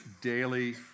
daily